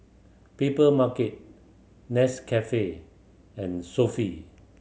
Papermarket Nescafe and Sofy